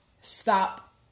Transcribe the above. stop